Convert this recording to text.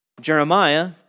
Jeremiah